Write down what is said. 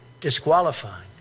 disqualifying